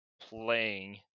playing